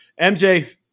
MJ